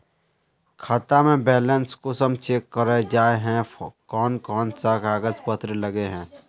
खाता में बैलेंस कुंसम चेक करे जाय है कोन कोन सा कागज पत्र लगे है?